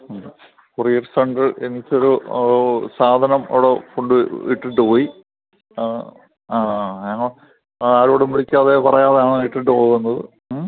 courier centre എനിക്കൊരു സാധനം അവിടെ കൊണ്ട് ഇട്ടിട്ടു പോയി ഞങ്ങൾ ആരോടും വിളിക്കാതെ പറയാതെയാണ് ഇട്ടിട്ടു പോവുന്നത്